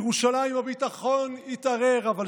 הביטחון התערער בירושלים,